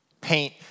Paint